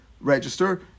register